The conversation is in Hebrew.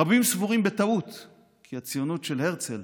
רבים סבורים בטעות כי הציונות של הרצל